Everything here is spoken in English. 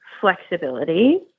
flexibility